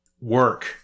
work